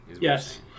yes